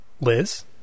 Liz